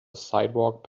sidewalk